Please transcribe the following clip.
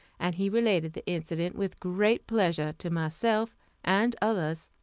and he related the incident with great pleasure to myself and others.